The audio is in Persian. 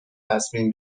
تصمیم